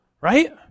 Right